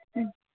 ಹ್ಞೂ